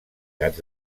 gats